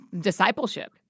discipleship